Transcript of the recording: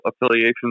affiliations